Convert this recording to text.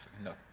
no